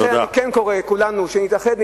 לכן אני כן קורא לכולנו להתאחד,